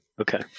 okay